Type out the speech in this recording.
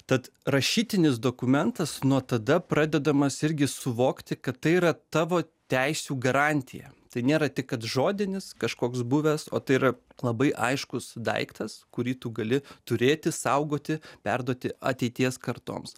tad rašytinis dokumentas nuo tada pradedamas irgi suvokti kad tai yra tavo teisių garantija tai nėra tik kad žodinis kažkoks buvęs o tai yra labai aiškus daiktas kurį tu gali turėti saugoti perduoti ateities kartoms